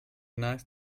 nice